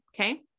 Okay